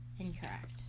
Incorrect